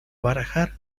barajar